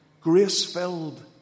grace-filled